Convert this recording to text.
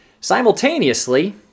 Simultaneously